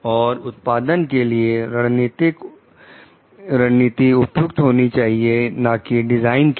और उत्पाद के लिए रणनीति उपयुक्त होनी चाहिए ना कि डिजाइन के लिए